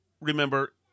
remember